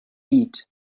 beat